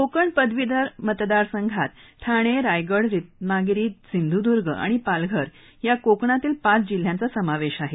कोकण पदवीधर मतदार संघात ठाणेरायगडरत्नागिरीसिंधूदुर्ग आणि पालघर या कोकणातील पाच जिल्ह्यांचा समावेश आहे